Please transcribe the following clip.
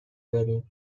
داریم